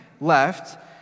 left